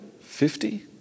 fifty